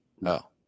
No